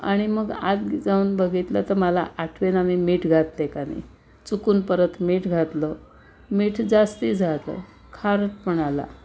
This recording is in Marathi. आणि मग आग जाऊन बघितलं तर मला आठवेना मी मीठ घातलं आहे का नाही चुकून परत मीठ घातलं मीठ जास्त झालं खारटपणा आला